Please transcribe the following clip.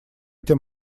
тем